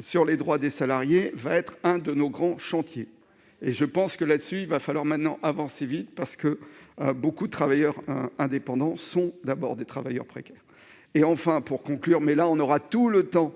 sur les droits des salariés. Ce sera l'un de nos grands chantiers à l'avenir. Il va même falloir avancer vite, car beaucoup de travailleurs indépendants sont d'abord des travailleurs précaires. Enfin, pour conclure, mais nous aurons tout le temps